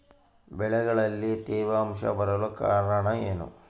ಬೆಳೆಗಳಲ್ಲಿ ತೇವಾಂಶ ಬರಲು ಕಾರಣ ಏನು?